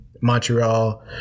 Montreal